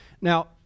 Now